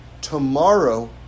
tomorrow